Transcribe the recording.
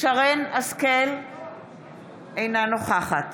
מרים השכל, אינה נוכחת